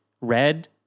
red